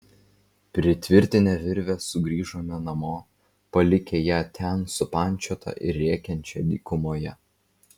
pritvirtinę virvę sugrįžome namo palikę ją ten supančiotą ir rėkiančią dykumoje